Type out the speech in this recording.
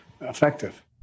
effective